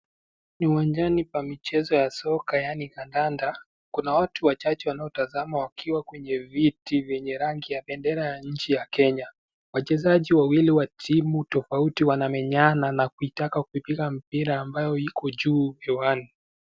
Ni uwanjani pa michezo ya soka yaani kadada. Kuna watu wachache wanaotazama wakiwa kwenye viti vyenye rangi ya bendera ya nchi ya Kenya. Wachezaji wawili wa timu tofauti wanamenyana na kuitaka kuipiga mpira ambayo iko juu hewani.